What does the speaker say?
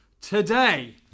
today